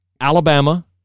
Alabama